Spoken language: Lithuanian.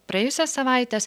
praėjusias savaites